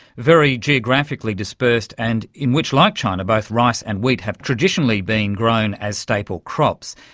very geographically dispersed and in which, like china, both rice and wheat have traditionally been grown as staple crops.